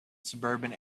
suburban